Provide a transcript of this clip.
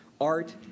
Art